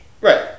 Right